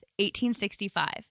1865